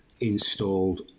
installed